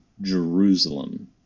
Jerusalem